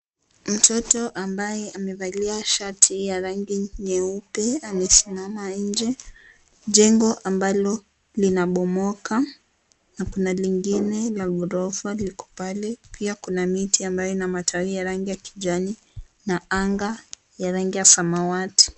Mtoto ambaye amevalia shati ya rangi nyeupe amesimama nje, jengo ambalo linabomoka na kuna lingine la gorofa liko pale pia kuna miti ambayo ina miti ya rangi ya kijani na anga ya rangi ya samawati.